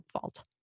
fault